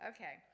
Okay